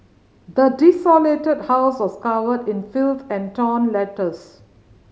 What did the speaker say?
the desolated house was covered in filth and torn letters